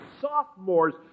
sophomores